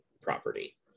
property